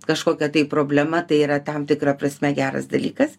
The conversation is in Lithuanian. kažkokia tai problema tai yra tam tikra prasme geras dalykas